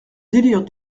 délire